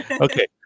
okay